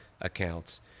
accounts